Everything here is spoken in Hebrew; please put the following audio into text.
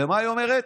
ומה היא אומרת?